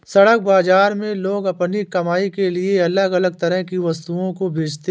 सड़क बाजार में लोग अपनी कमाई के लिए अलग अलग तरह की वस्तुओं को बेचते है